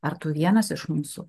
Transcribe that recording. ar tu vienas iš mūsų